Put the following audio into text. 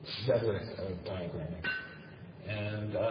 rhetoric of diagramming and